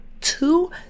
two